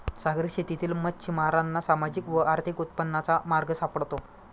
सागरी शेतीतील मच्छिमारांना सामाजिक व आर्थिक उन्नतीचा मार्ग सापडतो